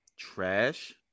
Trash